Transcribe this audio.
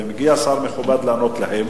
ומגיע שר מכובד לענות להם,